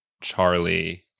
Charlie